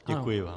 Děkuji vám.